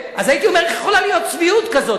אז הייתי אומר: איך יכולה להיות צביעות כזאת?